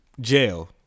jail